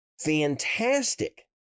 fantastic